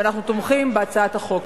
ואנחנו תומכים בהצעת החוק.